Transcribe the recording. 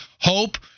Hope